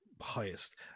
highest